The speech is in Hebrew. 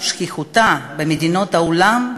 שכיחותה במדינות העולם,